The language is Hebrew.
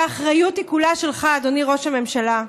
והאחריות היא כולה שלך, אדוני ראש הממשלה.